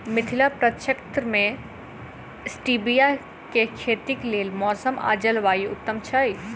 मिथिला प्रक्षेत्र मे स्टीबिया केँ खेतीक लेल मौसम आ जलवायु उत्तम छै?